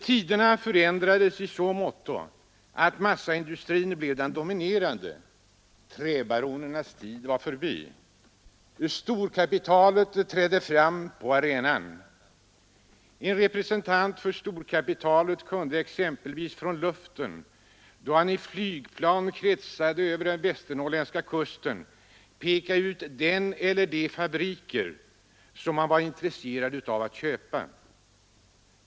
Tiderna ändrades i så måtto att massaindustrin blev den dominerande. Träbaronernas tid var förbi. Storkapitalet trädde fram på arenan. En representant för storkapitalet kunde exempelvis från luften, då han i flygplan kretsade över den västernorrländska kusten, peka ut den eller de fabriker som han var intresserad av att köpa.